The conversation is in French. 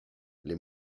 les